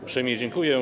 Uprzejmie dziękuję.